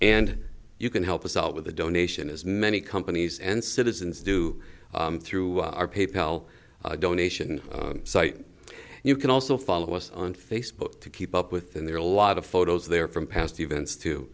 and you can help us out with a donation as many companies and citizens do through our pay pal donation site you can also follow us on facebook to keep up with them there are a lot of photos there from past events to